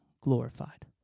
glorified